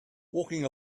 walking